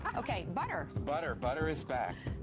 okay. butter? butter. butter is back.